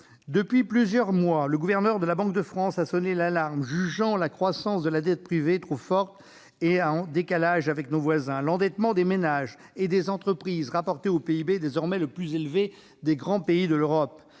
Depuis plusieurs mois, le gouverneur de la Banque de France sonne l'alarme, jugeant la croissance de la dette privée trop forte et en décalage avec nos voisins. L'endettement des ménages et des entreprises rapporté au PIB est désormais le plus élevé des grands pays d'Europe.